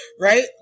right